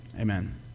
Amen